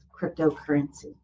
cryptocurrency